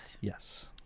Yes